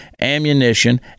ammunition